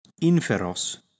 inferos